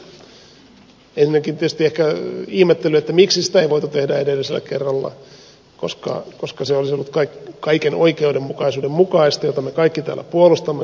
ensinnäkin tietysti ehkä voi ihmetellä miksi sitä ei voitu tehdä edellisellä kerralla koska se olisi ollut kaiken oikeudenmukaisuuden mukaista jota me kaikki täällä puolustamme kuten olemme kuulleet